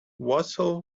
wassail